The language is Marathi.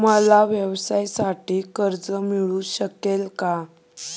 मला व्यवसायासाठी कर्ज मिळू शकेल का?